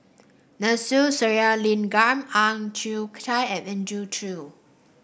Sathyalingam Ang Chwee Chai and Andrew Chew